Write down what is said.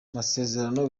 masezerano